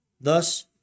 Thus